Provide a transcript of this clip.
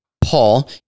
Paul